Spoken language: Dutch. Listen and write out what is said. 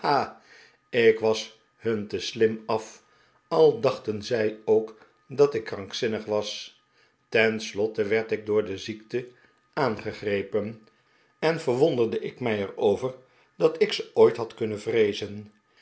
ik was irun te slim af al dachten zij ook dat ik krankzinnig was ten slotte werd ik door de ziekte aangegrepen en verwonderde ik mij erover dat ik ze ooit had kunnen vreezen